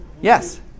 Yes